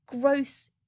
gross